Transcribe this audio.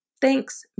Thanks